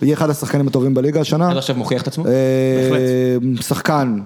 יהיה אחד השחקנים הטובים בליגה השנה. עד עכשיו מוכיח את עצמו? בהחלט. משחקן...